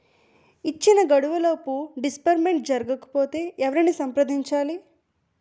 ఇచ్చిన గడువులోపు డిస్బర్స్మెంట్ జరగకపోతే ఎవరిని సంప్రదించాలి?